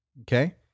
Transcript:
Okay